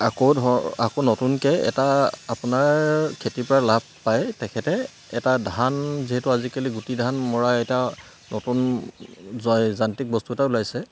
আকৌ ধৰ আকৌ নতুনকৈ এটা আপোনাৰ খেতিৰ পৰা লাভ পাই তেখেতে এটা ধান যিহেতু আজিকালি গুটি ধান মৰা এটা নতুন য যান্ত্ৰিক বস্তু এটা ওলাইছে